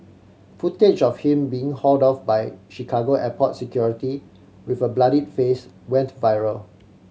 footage of him being hauled off by Chicago airport security with a bloodied face went viral